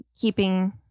keeping